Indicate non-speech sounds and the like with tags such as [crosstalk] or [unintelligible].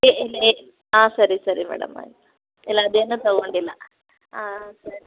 [unintelligible] ಹಾಂ ಸರಿ ಸರಿ ಮೇಡಮ್ ಆಯ್ತು ಇಲ್ಲ ಅದೇನು ತಗೊಂಡಿಲ್ಲ ಹಾಂ ಸರಿ